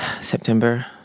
September